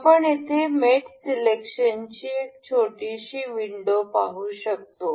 आपण इथे मेट सीलेक्शनची एक छोटीशी विन्डो पाहू शकतो